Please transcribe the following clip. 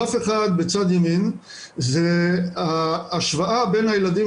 גרף אחד בצד ימין זה ההשוואה בין הילדים